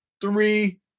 Three